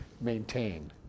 maintain